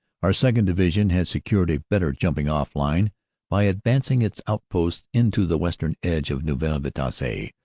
our second. divi sion had secured a better jumping-off line by advancing its outposts into the vestern edge of neuville. vitasse,